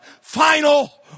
final